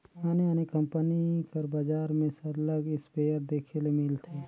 आने आने कंपनी कर बजार में सरलग इस्पेयर देखे ले मिलथे